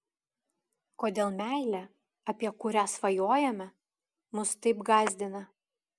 kodėl meilė apie kurią svajojame mus taip gąsdina